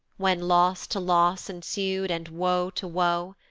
when loss to loss ensu'd, and woe to woe,